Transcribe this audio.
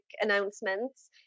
announcements